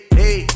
hey